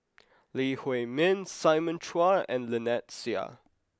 Lee Huei Min Simon Chua and Lynnette Seah